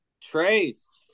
Trace